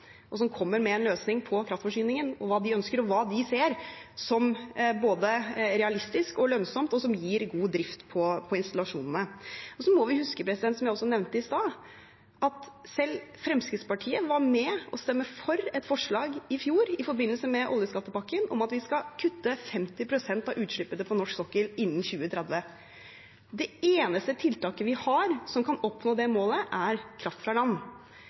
og som kommer med en løsning på kraftforsyningen, og hva de ønsker, og hva de ser som både realistisk og lønnsomt, og som gir god drift på installasjonene. Så må vi huske, som jeg også nevnte i stad, at selv Fremskrittspartiet var med på å stemme for et forslag i fjor i forbindelse med oljeskattepakken om at vi skal kutte 50 pst. av utslippene på norsk sokkel innen 2030. Det eneste tiltaket vi har for å oppnå det målet, er kraft fra land.